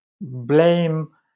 blame